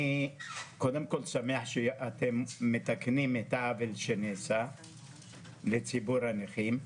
אני קודם כול שמח שאתם מתקנים את העוול שנעשה לציבור הנכים,